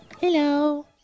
Hello